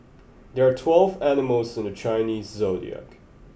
there are twelve animals in the Chinese zodiac